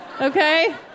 Okay